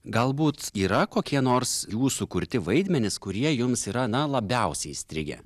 galbūt yra kokie nors jūsų kurti vaidmenys kurie jums yra na labiausiai įstrigę